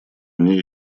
мне